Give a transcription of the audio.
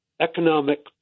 Economic